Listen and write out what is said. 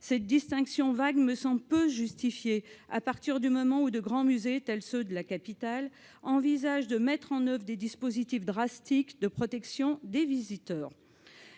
Cette distinction vague me semble peu justifiée, dès lors que de grands musées, tels ceux de la capitale, envisagent de mettre en oeuvre des dispositifs drastiques de protection des visiteurs.